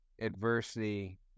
adversity